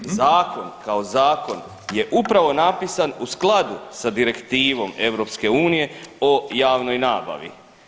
Zakon kao zakon je upravo napisan u skladu sa Direktivom EU o javnoj nabavi.